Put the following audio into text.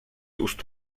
ust